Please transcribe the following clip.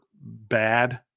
bad